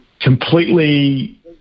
completely